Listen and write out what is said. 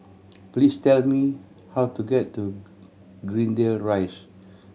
please tell me how to get to Greendale Rise